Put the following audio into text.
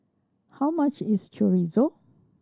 how much is Chorizo